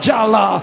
Jala